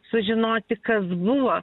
sužinoti kas buvo